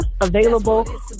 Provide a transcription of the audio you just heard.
available